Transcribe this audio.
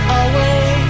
away